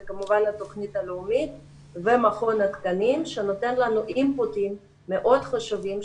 זה כמובן התוכנית הלאומית ומכון התקנים שנותן לנו אינפוטים מאוד חשובים,